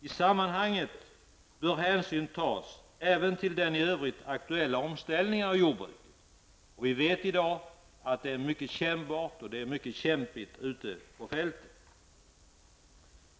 I sammanhanget bör hänsyn tas även till den i övrigt aktuella omställningen av jordbruket. Vi vet i dag att det är kämpigt ute på fältet.